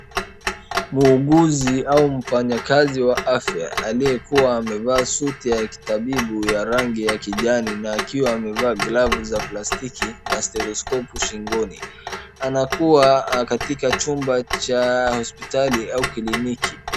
Muuguzi au mfanyikazi wa afya aliyekuwa amevaa suti ya kitabibu ya rangi ya kijani na akiwa amevaa glavu za plastiki na stethescopu shingoni anakuwa katika chumba cha hospitali au kliniki .